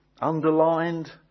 underlined